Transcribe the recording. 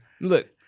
Look